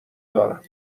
دارم